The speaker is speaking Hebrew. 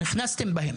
נכנסתם בהם